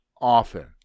often